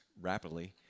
rapidly